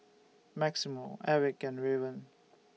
Maximo Erik and Raven